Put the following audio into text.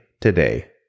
today